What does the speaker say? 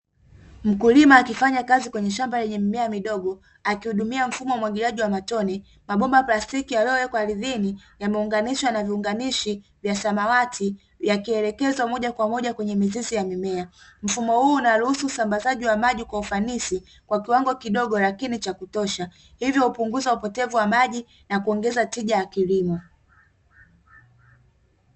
Mkulima akifanya kazi kwenye shamba lenye mimea midogo akihudumia mfumo wa umwagiliaji wa matone mabomba ya plastiki yaliyowekwa ardhini yameunganishywa na viunganishwi vya samawati yakielekezwa moja kwa moja kwenye mizizi ya mimea. mfumo huu unaruhusu usambazaji kwa ufanisi kwa kiwango kidogo kengine cha kutosha hivyo hupunguza upotevu wa maji na kuongeza tija ya kilimo.